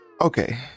Okay